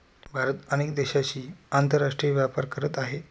भारत अनेक देशांशी आंतरराष्ट्रीय व्यापार करत आहे